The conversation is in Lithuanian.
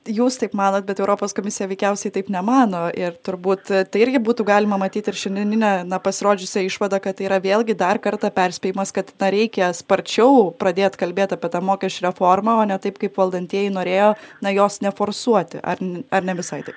jūs taip manot bet europos komisija veikiausiai taip nemano ir turbūt tai irgi būtų galima matyti ir šiandieninę na pasirodžiusią išvadą kad tai yra vėlgi dar kartą perspėjimas kad na reikia sparčiau pradėt kalbėt apie tą mokesčių reformą o ne taip kaip valdantieji norėjo na jos neforsuoti ar ar ne visai taip